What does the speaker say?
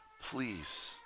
please